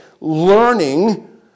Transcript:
learning